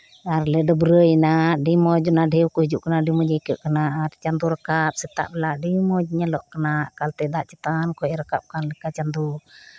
ᱟᱨ ᱞᱮ ᱰᱟᱹᱵᱽᱨᱟᱹᱭᱮᱱᱟ ᱟᱹᱰᱤ ᱢᱚᱡᱽ ᱚᱱᱟ ᱰᱷᱮᱣ ᱠᱚ ᱦᱤᱡᱩᱜ ᱟᱹᱰᱤ ᱢᱚᱡᱽ ᱤᱠᱟᱹᱜ ᱠᱟᱱᱟ ᱟᱨ ᱪᱟᱸᱫᱳ ᱨᱟᱠᱟᱵᱽ ᱥᱮᱛᱟᱜ ᱵᱮᱞᱟ ᱟᱹᱰᱤ ᱢᱚᱡᱽ ᱧᱮᱞᱚᱜ ᱠᱟᱱᱟ ᱮᱠᱟᱞᱛᱮ ᱫᱟᱜ ᱪᱮᱛᱟᱱ ᱠᱷᱚᱡ ᱨᱟᱠᱟᱵᱽ ᱠᱟᱱ ᱞᱮᱠᱟ ᱪᱟᱸᱫᱳ